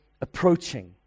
approaching